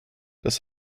das